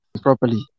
properly